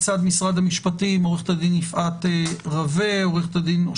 מצד משרד המשפטים: עורכת הדין יפעת רווה,